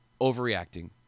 overreacting